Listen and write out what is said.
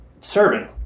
serving